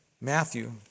Matthew